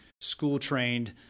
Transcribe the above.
school-trained